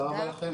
תודה רבה לכם.